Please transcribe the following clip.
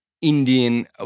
Indian